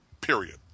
Period